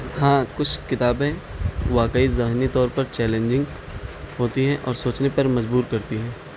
ہاں کچھ کتابیں واقعی ذہنی طور پر چیلنجنگ ہوتی ہیں اور سوچنے پر مجبور کرتی ہیں